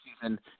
season